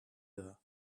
her